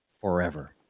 forever